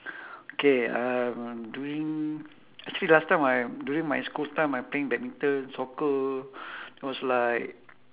K um during actually last time my during my school time I playing badminton soccer it was like